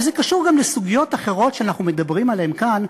וזה קשור גם לסוגיות אחרות שאנחנו מדברים עליהן כאן,